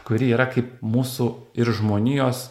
kuri yra kaip mūsų ir žmonijos